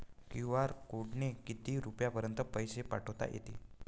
QR कोडनं किती रुपयापर्यंत पैसे पाठोता येते?